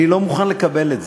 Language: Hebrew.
איך שמת לב?